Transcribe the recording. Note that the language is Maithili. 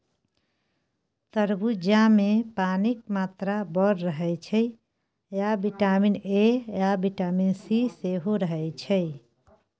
तरबुजामे पानिक मात्रा बड़ रहय छै आ बिटामिन ए आ बिटामिन सी सेहो रहय छै